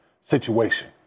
situation